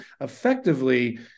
effectively